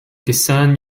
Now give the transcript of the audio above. discern